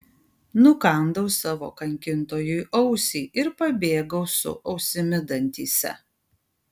nukandau savo kankintojui ausį ir pabėgau su ausimi dantyse